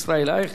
שלוש דקות.